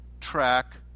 Track